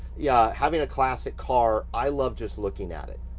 yeah, having a classic car, i love just looking at it.